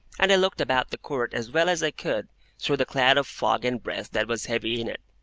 and i looked about the court as well as i could through the cloud of fog and breath that was heavy in it.